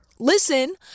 Listen